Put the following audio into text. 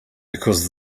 because